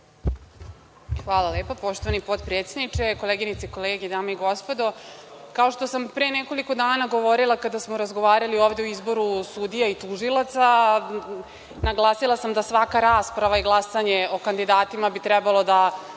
Hvala lepo. Poštovani potpredsedniče, koleginice i kolege, dame i gospodo, kao što sam pre nekoliko dana govorila kada smo razgovarali ovde o izboru sudija i tužilaca, a naglasila sam da svaka rasprava i glasanje o kandidatima bi trebalo da